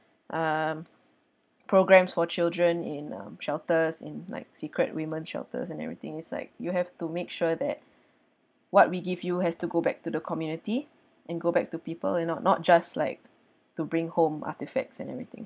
um programmes for children in um shelters in like secret women's shelters and everything is like you have to make sure that what we give you has to go back to the community and go back to people it not not just like to bring home artifacts and everything